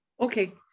Okay